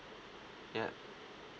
ya